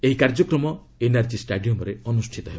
ଏହି କାର୍ଯ୍ୟକ୍ରମ ଏନ୍ଆର୍କି ଷ୍ଟାଡିୟମ୍ରେ ଅନୁଷ୍ଠିତ ହେବ